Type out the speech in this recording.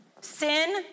Sin